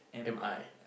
M I